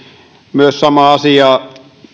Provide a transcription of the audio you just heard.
myös samaa asiaa